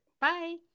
bye